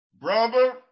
brother